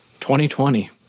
2020